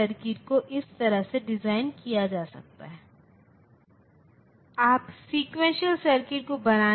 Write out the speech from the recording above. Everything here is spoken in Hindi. तो जो इस तरह से दर्शाया गया है ए और बी 2 इनपुट हैं और एफ आउटपुट है